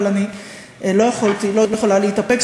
אבל אני לא יכולה להתאפק,